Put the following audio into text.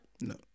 No